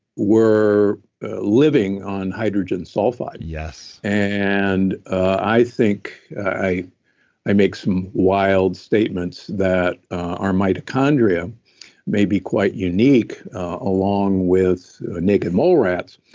were living on hydrogen sulfide yes. and i think i i make some wild statements that our mitochondria might be quite unique, along with naked mole-rats,